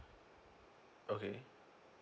okay